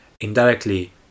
indirectly